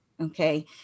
Okay